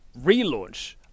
relaunch